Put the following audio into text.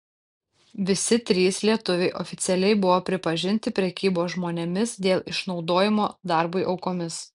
visi trys lietuviai oficialiai buvo pripažinti prekybos žmonėmis dėl išnaudojimo darbui aukomis